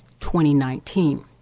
2019